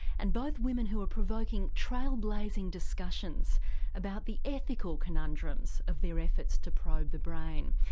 and both women who are provoking trailblazing discussions about the ethical conundrums of their efforts to probe the brain.